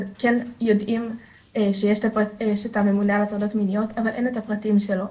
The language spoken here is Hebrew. אז כן יודעים שיש את הממונה על הטרדות מיניות אבל אין את הפרטים שלו,